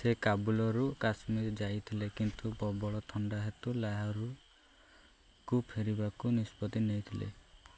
ସେ କାବୁଲରୁ କାଶ୍ମୀର ଯାଇଥିଲେ କିନ୍ତୁ ପ୍ରବଳ ଥଣ୍ଡା ହେତୁ ଲାହୋରକୁ ଫେରିବାକୁ ନିଷ୍ପତ୍ତି ନେଇଥିଲେ